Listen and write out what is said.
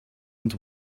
and